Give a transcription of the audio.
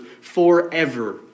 forever